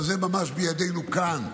זה ממש בידינו כאן,